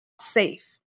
safe